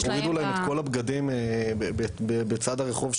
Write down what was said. הורידו להם את כל הבגדים בצד הרחוב,